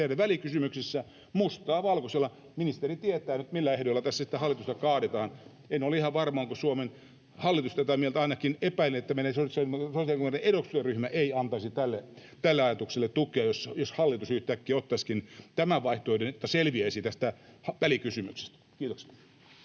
teidän välikysymyksessänne, mustaa valkoisella. Ministeri tietää nyt, millä ehdoilla tässä sitten hallitusta kaadetaan. En ole ihan varma, onko Suomen hallitus tätä mieltä. Ainakin epäilen, että meidän sosiaalidemokraattien eduskuntaryhmä ei antaisi tälle ajatukselle tukea, jos hallitus yhtäkkiä ottaisikin tämän vaihtoehdon, jotta selviäisi tästä välikysymyksestä. — Kiitoksia.